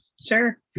sure